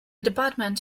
department